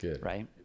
Right